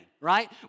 right